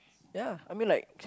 ya I mean like